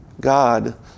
God